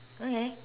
okay